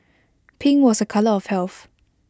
pink was A colour of health